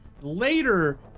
Later